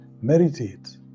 meditate